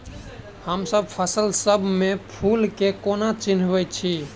हमसब फसल सब मे फूल केँ कोना चिन्है छी?